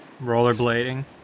Rollerblading